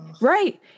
right